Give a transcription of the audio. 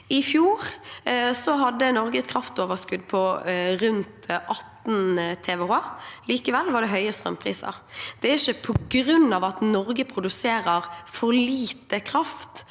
I fjor hadde Norge et kraftoverskudd på rundt 18 TWh. Likevel var det høye strømpriser. Det er ikke på grunn av at Norge produserer for lite kraft